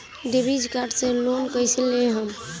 Debit card से loan कईसे लेहम?